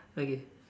okay